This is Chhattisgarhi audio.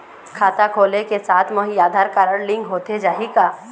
खाता खोले के साथ म ही आधार कारड लिंक होथे जाही की?